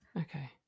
okay